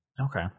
Okay